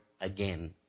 again